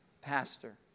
pastor